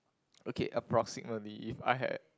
okay approximately if I had